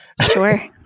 Sure